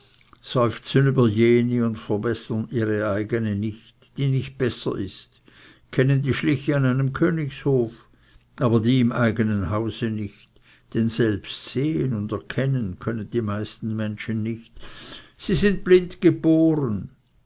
seufzen über jene und verbessern ihre eigene nicht die nicht besser ist kennen die schliche an einem königshof aber die im eigenen hause nicht denn selbst sehen und erkennen können die meisten menschen nicht sie sind blind geboren